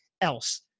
else